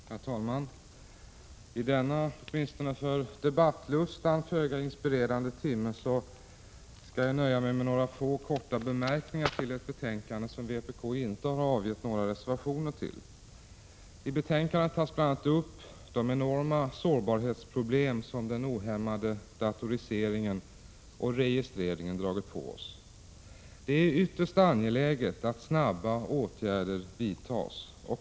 Herr talman! I denna — åtminstone för debattlusten — föga inspirerande timme skall jag nöja mig med några få bemärkningar till ett betänkande som vpk inte har avgett några reservationer till. I betänkandet tas bl.a. upp de enorma sårbarhetsproblem som den ohämmade datoriseringen och registreringen dragit på oss. Det är ytterst angeläget att snabba åtgärder vidtas.